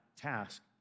task